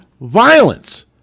violence